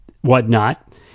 whatnot